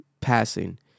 passing